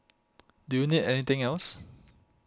do you need anything else